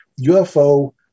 UFO